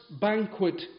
banquet